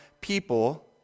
people